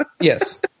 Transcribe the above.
Yes